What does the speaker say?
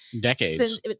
Decades